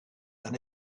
and